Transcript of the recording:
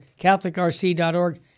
catholicrc.org